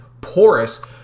porous